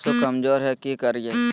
पशु कमज़ोर है कि करिये?